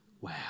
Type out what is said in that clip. Wow